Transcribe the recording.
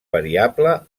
variable